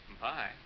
Bye